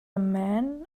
man